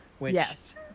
Yes